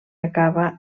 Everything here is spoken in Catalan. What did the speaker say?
acaba